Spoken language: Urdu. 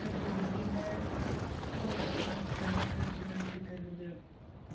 جو پوری دلی میں وہ ریسٹورینٹ فیمس ہے چکن ٹکہ کے لیے